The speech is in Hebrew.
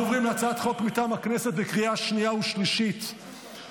אני קובע כי הצעת חוק הרשויות המקומיות (מימון בחירות)